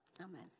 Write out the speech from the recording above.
amen